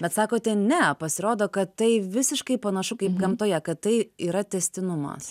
bet sakote ne pasirodo kad tai visiškai panašu kaip gamtoje kad tai yra tęstinumas